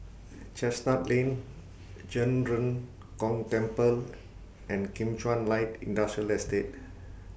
Chestnut Lane Zhen Ren Gong Temple and Kim Chuan Light Industrial Estate